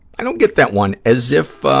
i don't get that one, as if